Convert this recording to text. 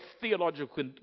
theological